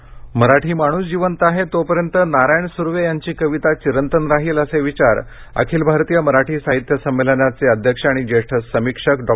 सर्वे प्रस्कार जोपर्यंत मराठी माणूस जिवंत आहे तोपर्यंत नारायण सुर्वे यांची कविता चिरंतन राहील असे विचार अखिल भारतीय मराठी साहित्य संमेलनाचे अध्यक्ष आणि ज्येष्ठ समीक्षक डॉ